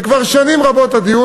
זה כבר שנים רבות הדיון